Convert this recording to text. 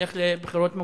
שנלך לבחירות מוקדמות.